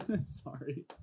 Sorry